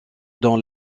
dans